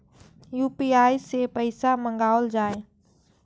UPI सै पैसा मंगाउल जाय?